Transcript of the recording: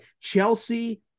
Chelsea